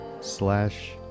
slash